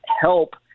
help